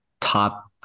top